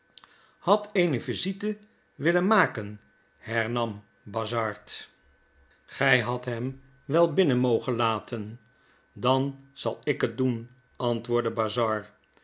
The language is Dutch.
had eene visite willen maken hernam bazzard gij hadt hem wel binnen mogen laten dan zal ik het doen antwoordde bazzard